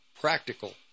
practical